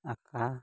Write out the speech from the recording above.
ᱟᱠᱟ